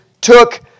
took